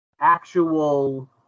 actual